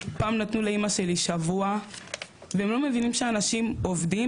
פעם נתנו לאמא שלי שבוע והם לא מבינים שאנשים עובדים,